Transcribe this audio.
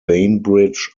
bainbridge